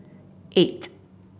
eight